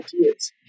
ideas